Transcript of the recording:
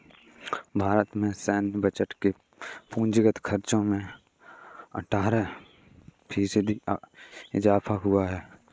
भारत के सैन्य बजट के पूंजीगत खर्चो में अट्ठारह फ़ीसदी इज़ाफ़ा हुआ है